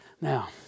Now